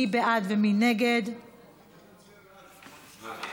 אינו נוכח, חבר הכנסת עמר בר-לב, אינו